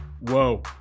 Whoa